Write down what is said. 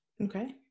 Okay